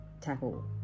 tackle